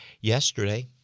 yesterday